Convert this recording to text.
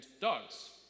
dogs